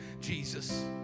Jesus